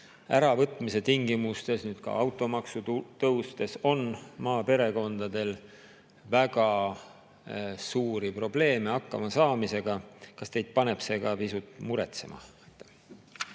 äravõtmise tingimustes, nüüd ka automaksu tõustes on maaperekondadel väga suuri probleeme hakkama saamisega. Kas teid paneb see ka pisut muretsema?